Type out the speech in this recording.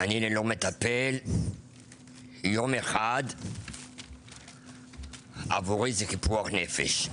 ואני ללא מטפל יום אחד עבורי זה פיקוח נפש.